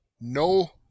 No